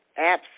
apps